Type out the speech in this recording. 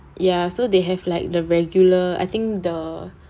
ya so they have like the regular I think the